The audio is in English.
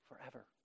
forever